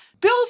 Bill